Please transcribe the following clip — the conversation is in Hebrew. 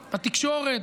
בתקשורת,